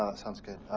sounds good.